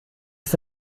ist